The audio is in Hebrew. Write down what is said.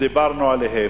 דיברנו עליהן,